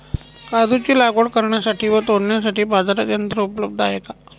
काजूची लागवड करण्यासाठी व तोडण्यासाठी बाजारात यंत्र उपलब्ध आहे का?